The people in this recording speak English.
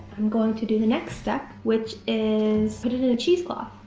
i'm going to do the next step, which is put it in a cheesecloth.